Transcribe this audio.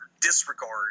disregard